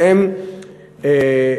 והם